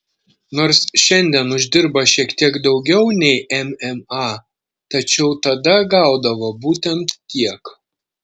nors šiandien uždirba šiek tiek daugiau nei mma tačiau tada gaudavo būtent tiek